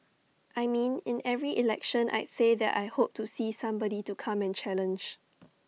I mean in every election I'd say that I hope to see somebody to come and challenge